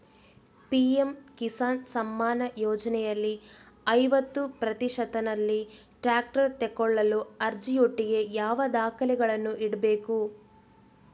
PM Kisan Samman ಯೋಜನೆಯಲ್ಲಿ ಐವತ್ತು ಪ್ರತಿಶತನಲ್ಲಿ ಟ್ರ್ಯಾಕ್ಟರ್ ತೆಕೊಳ್ಳಲು ಅರ್ಜಿಯೊಟ್ಟಿಗೆ ಯಾವ ದಾಖಲೆಗಳನ್ನು ಇಡ್ಬೇಕು?